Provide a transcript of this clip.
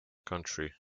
country